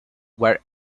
were